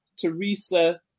Teresa